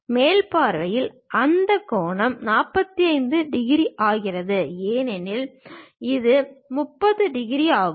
மேல் பார்வையில் அது அந்த கோணத்தை 45 டிகிரி ஆக்குகிறது ஏனெனில் இது 30 டிகிரி ஆகும்